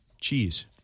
Cheese